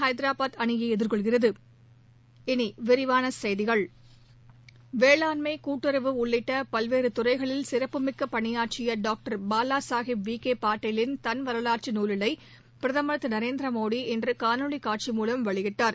ஹைதராபாத் அணியை எதிர்கொள்கிறது இனி விரிவான செய்திகள் வேளாண்மை கூட்டுறவு உள்ளிட்ட பல்வேறு துறைகளில் சிறப்புமிக்க பணியாற்றிய டாக்டர் பாலா சாஹேப் விக்கே பாட்டாலின் தன் வரவாற்று நூலினை பிரதம் திரு நரேந்திரமோடி இன்று காணொலி காட்சி மூலம் வெளியிட்டார்